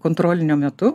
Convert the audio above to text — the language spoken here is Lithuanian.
kontrolinio metu